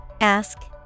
Ask